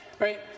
Right